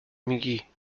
میگی